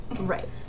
Right